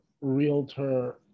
realtor